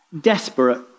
Desperate